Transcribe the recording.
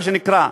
מה שנקרא?